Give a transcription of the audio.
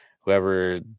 Whoever